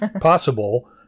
possible